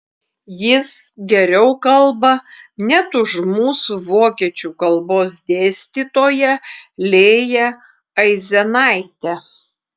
jis geriau kalba net už mūsų vokiečių kalbos dėstytoją lėją aizenaitę